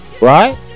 right